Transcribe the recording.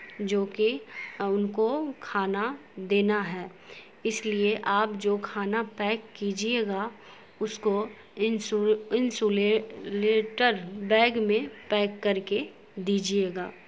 جوکہ ان کو کھانا دینا ہے اس لیے آپ جو کھانا پیک کیجیے گا اس کو انسولیٹر بیگ میں پیک کر کے دیجیے گا